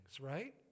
right